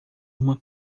uma